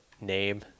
name